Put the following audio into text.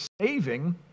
saving